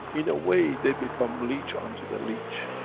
in a way they become leech onto the leech.